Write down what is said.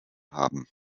haben